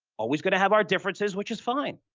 always going to have our differences, which is fine.